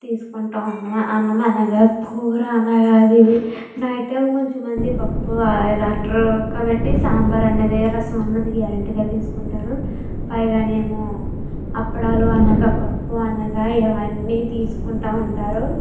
తీసుకుంటావా అన్నం అనగా కూర అనగా అవి ఇవి నైట్ టైమ్లో కొంతమంది పప్పు అలా ఇలా అంటారు ఉడకబెట్టి సాంబార్ అన్నది రసం అన్నది గ్యారెంటీగా తీసుకుంటారు పైగా నేమో అప్పడాలు అనగా పప్పు అనగా ఇవన్నీ తీసుకుంటా ఉంటారు